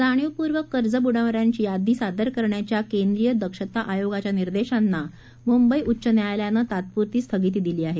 जाणीवपूर्वक कर्ज बुडवणाऱ्यांची यादी सादर करण्याच्या केंद्रीय दक्षता आयोगाच्या निर्देशांना मुंबई उच्च न्यायालयानं तात्पुरती स्थगिती दिली आहे